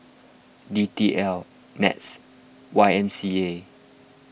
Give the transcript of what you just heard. D T L NETS Y M C A